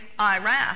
Iraq